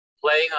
playing